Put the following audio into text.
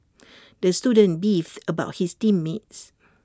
the student beefed about his team mates